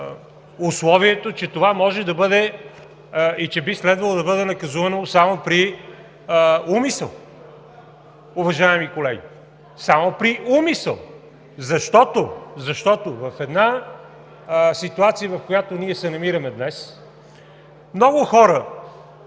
че това може да бъде и че би следвало да бъде наказуемо само при умисъл, уважаеми колеги. Само при умисъл, защото в една ситуация, в която се намираме днес, много хора,